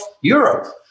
Europe